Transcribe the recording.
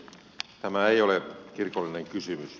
tämä ei ole kirkollinen kysymys